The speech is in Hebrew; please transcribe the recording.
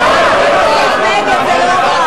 זה צריך להיות נגד.